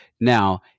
Now